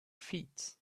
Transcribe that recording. feet